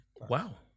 Wow